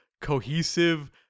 cohesive